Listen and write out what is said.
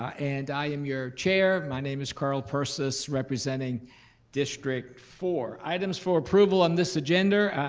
and i am your chair, my name is carl persis representing district four. items for approval on this agenda,